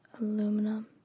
aluminum